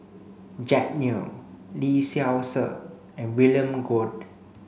Jack Neo Lee Seow Ser and William Goode